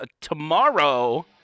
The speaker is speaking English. tomorrow